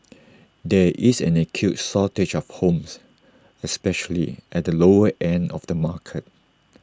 there is an acute shortage of homes especially at the lower end of the market